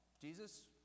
Jesus